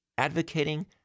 advocating